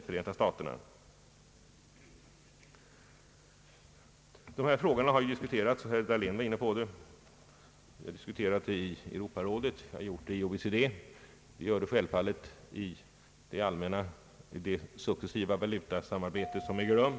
Dessa frågor har, såsom herr Dahlén nämnde, diskuterats i Europarådet, i OECD, och de diskuteras självfallet i det successiva valutasamarbete som äger rum.